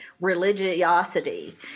religiosity